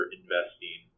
investing